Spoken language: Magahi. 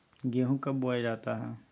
गेंहू कब बोया जाता हैं?